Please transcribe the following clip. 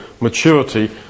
maturity